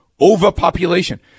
overpopulation